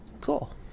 Cool